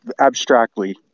abstractly